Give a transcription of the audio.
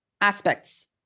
aspects